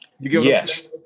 Yes